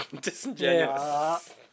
Disingenuous